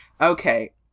Okay